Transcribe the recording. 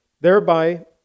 thereby